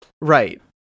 right